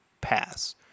pass